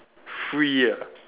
free ah